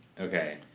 Okay